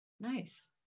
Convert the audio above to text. nice